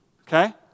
Okay